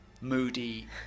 moody